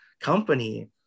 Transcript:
company